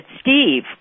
Steve